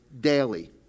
daily